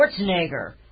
Schwarzenegger